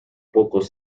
pocos